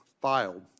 filed